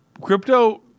crypto –